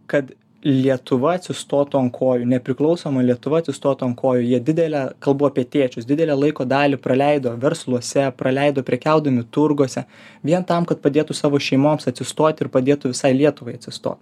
kad lietuva atsistotų ant kojų nepriklausoma lietuva atsistotų ant kojų jie didelę kalbu apie tėčius didelę laiko dalį praleido versluose praleido prekiaudami turguose vien tam kad padėtų savo šeimoms atsistoti ir padėtų visai lietuvai atsistoti